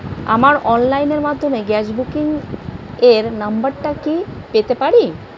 আমার অনলাইনের মাধ্যমে গ্যাস বুকিং এর নাম্বারটা কি পেতে পারি?